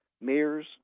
mayors